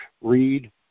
read